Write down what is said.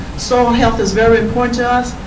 soil health is very important to us.